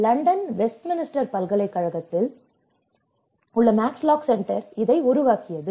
லண்டனில் வெஸ்ட்மின்ஸ்டர் பல்கலைக்கழகத்தில் Max Lock Center in University of Westminster London உள்ள மாக்ஸிலாக் சென்டர் இதை உருவாக்கியது